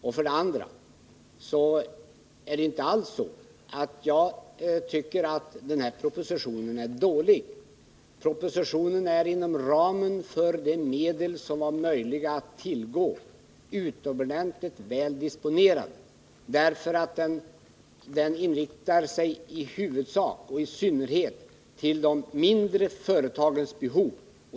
Vidare tycker jag inte alls att denna proposition är dålig. Propositionen är inom ramen för de medel som var möjliga att tillgå utomordentligt väl disponerad. Den inriktar sig i synnerhet på de mindre företagens behov.